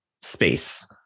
space